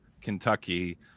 Kentucky